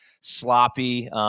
sloppy